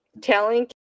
telling